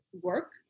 work